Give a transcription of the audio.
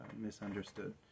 misunderstood